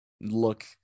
look